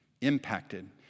Impacted